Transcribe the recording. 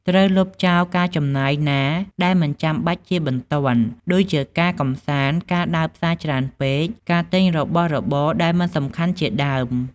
ត្រូវលុបចោលការចំណាយណាដែលមិនចាំបាច់ជាបន្ទាន់ ដូចជាការកម្សាន្ត ការដើរផ្សារច្រើនពេក ការទិញរបស់របរដែលមិនសំខាន់ជាដើម។